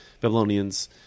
Babylonians